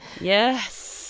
yes